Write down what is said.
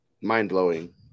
mind-blowing